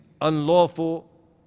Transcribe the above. unlawful